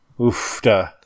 Oof-da